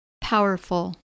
Powerful